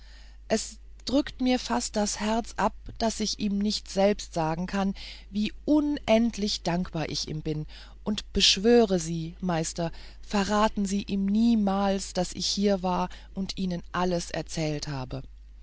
es drückt mir fast das herz ab daß ich ihm nicht selbst sagen kann wie unendlich dankbar ich ihm bin und beschwöre sie meister verraten sie ihm niemals daß ich hier war und ihnen alles erzählt habe